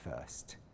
first